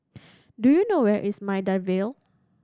do you know where is Maida Vale